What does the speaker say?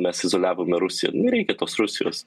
mes izoliavome rusiją nereikia tos rusijos